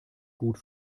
gut